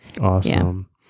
Awesome